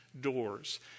doors